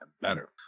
better